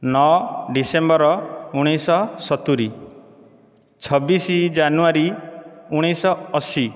ନଅ ଡିସେମ୍ବର ଉଣେଇଶ ସତୁରୀ ଛବିଶ ଜାନୁଆରୀ ଉଣେଇଶ ଅଶି